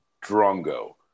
drongo